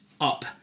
up